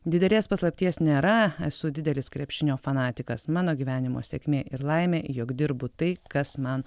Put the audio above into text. didelės paslapties nėra esu didelis krepšinio fanatikas mano gyvenimo sėkmė ir laimė jog dirbu tai kas man